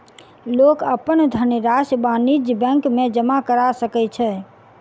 लोक अपन धनरशि वाणिज्य बैंक में जमा करा सकै छै